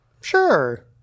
Sure